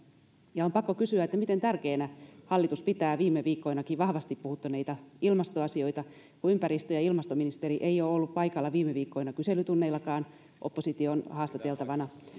ja on pakko kysyä miten tärkeänä hallitus pitää viime viikkoinakin vahvasti puhuttaneita ilmastoasioita kun ympäristö ja ilmastoministeri ei ole ollut paikalla viime viikkoina kyselytunneillakaan opposition haastateltavana